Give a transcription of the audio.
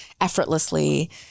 effortlessly